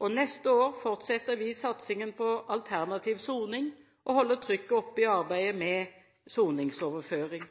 Neste år fortsetter vi satsingen på alternativ soning og holder trykket oppe i arbeidet med soningsoverføring.